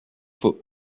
faut